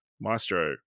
Maestro